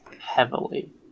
heavily